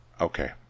Okay